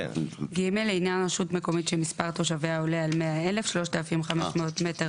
לעניין רשות מקומית שמספר תושביה עולה על 100,000 3,500 מ"ר